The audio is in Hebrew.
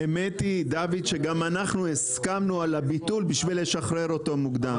האמת היא שגם אנחנו הסכמנו על הביטול בשביל לשחרר אותו מוקדם.